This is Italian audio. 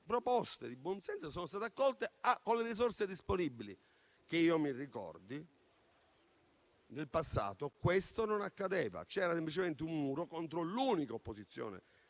di proposte di buon senso sono state accolte, con le risorse disponibili. Che io ricordi, nel passato questo non accadeva. C'era semplicemente un muro contro l'unica opposizione